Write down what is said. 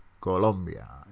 Colombia